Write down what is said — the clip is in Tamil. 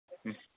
ம்